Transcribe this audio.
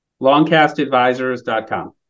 Longcastadvisors.com